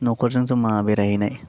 न'खरजों ज'मा बेरायहैनाय